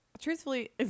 truthfully